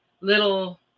little